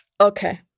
Okay